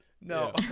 No